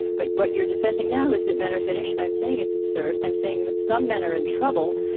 but what you're defending now is that men are finished. i'm saying it's absurd. i'm saying that some men are in trouble.